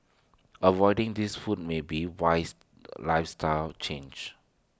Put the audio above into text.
avoiding these foods may be A wise lifestyle change